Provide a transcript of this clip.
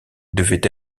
devait